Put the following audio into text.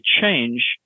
change